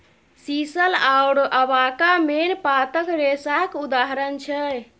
sisal आओर अबाका मेन पातक रेशाक उदाहरण छै